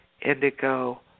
indigo